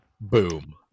Boom